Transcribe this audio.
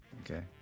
Okay